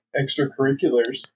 extracurriculars